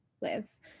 lives